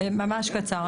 ממש קצר,